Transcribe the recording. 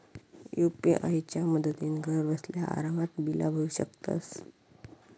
UPI च्या मदतीन घरबसल्या आरामात बिला भरू शकतंस